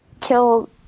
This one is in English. kill